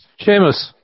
Seamus